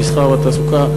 המסחר והתעסוקה,